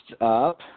up